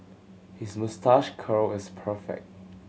his moustache curl is perfect